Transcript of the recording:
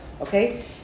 okay